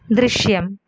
ദൃശ്യം